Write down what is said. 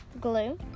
glue